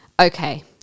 Okay